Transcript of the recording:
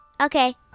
Okay